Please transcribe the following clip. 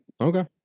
okay